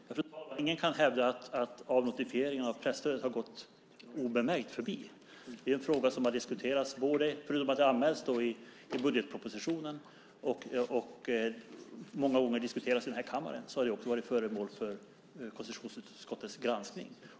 Fru talman! Ingen kan hävda att avnotifieringen av presstödet har gått obemärkt förbi. Det är en fråga som anmäls i budgetpropositionen och som har diskuterats här i kammaren många gånger, och den har också varit föremål för konstitutionsutskottets granskning.